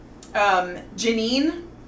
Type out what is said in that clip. Janine